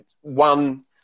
one